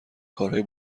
کارهای